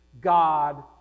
god